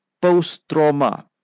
post-trauma